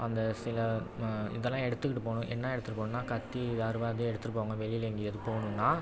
அந்த சில ம இதெல்லாம் எடுத்துக்கிட்டு போகணும் என்ன எடுத்துட்டு போகணுன்னா கத்தி அருவாள் இதே எடுத்துட்டு போவாங்க வெளியில் எங்கேயும் எது போகணுன்னா